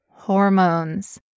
Hormones